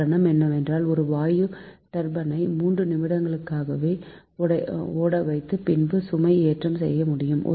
காரணம் என்னவெனில் ஒரு வாயு டர்பைன் ஐ 3 நிமிடங்களுள்ளாகவே ஓடவைத்து பின்பு சுமைஏற்றம் செய்ய முடியும்